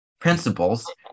principles